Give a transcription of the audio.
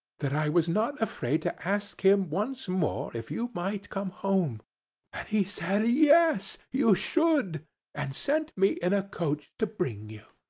that i was not afraid to ask him once more if you might come home and he said yes, you should and sent me in a coach to bring you.